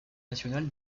national